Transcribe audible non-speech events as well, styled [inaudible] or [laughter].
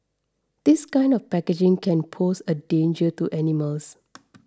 this kind of packaging can pose a danger to animals [noise]